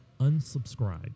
unsubscribe